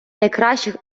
найкращих